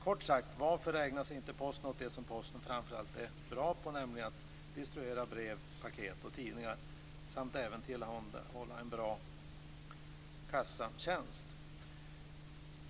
Kort sagt: Varför ägnar sig Posten inte åt det som Posten framför allt är bra på, nämligen att distribuera brev, paket och tidningar samt även tillhandahålla en bra kassatjänst?